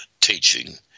teaching